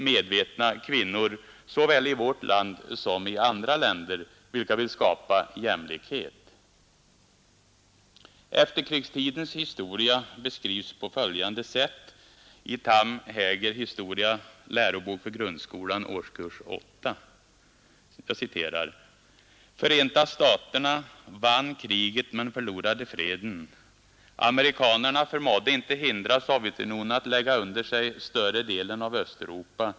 medvetna kvinnor såväl i vårt land som i andra länder vilka vill skapa jämlikhet Efterkrigstidens historia beskrivs på följande sätt + Tham Hägers Historia, Lärobok för grundskolan, Arskurs 8: ”Förenta staterna ”vann kriget men förlorade freden". Amerikanerna förmådde inte hindra Sovjetunionen att lägga under sig större delen av Östeuropa.